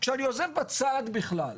שאני עוזב בצד בכלל,